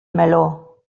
meló